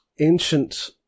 ancient